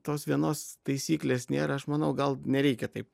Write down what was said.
tos vienos taisyklės nėra aš manau gal nereikia taip